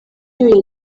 yagize